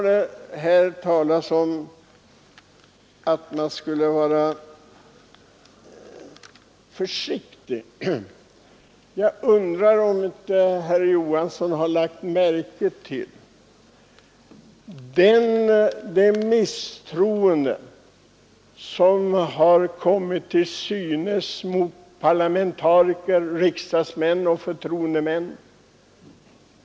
Det har talats om att man skulle vara försiktig. Jag undrar om herr Johansson i Trollhättan inte har lagt märke till det misstroende som kommit till synes mot parlamentariker och andra förtroendemän.